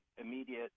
immediate